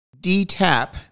DTAP